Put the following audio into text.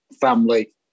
family